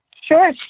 Sure